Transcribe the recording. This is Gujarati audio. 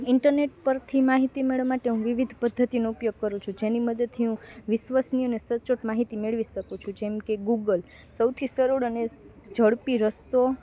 ઈન્ટરનેટ પરથી માહિતી મેળવવા માટે હું વિવિધ પદ્ધતિનો ઉપયોગ કરું છું જેની મદદથી હું વિશ્વસનીય અને સચોટ માહિતી મેળવી શકું છું જેમકે ગૂગલ સૌથી સરળ અને ઝડપી રસ્તો